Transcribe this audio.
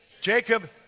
Jacob